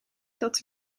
dat